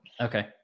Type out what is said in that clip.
Okay